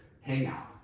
hangout